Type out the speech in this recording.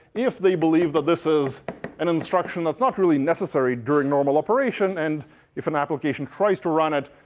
if they believe that this is an instruction that's not really necessary during normal operation, and if an application tried to run it,